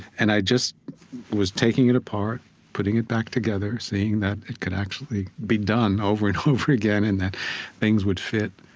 and i just was taking it apart, putting it back together, seeing that it could actually be done over and over again and that things would fit.